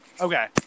okay